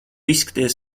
izskaties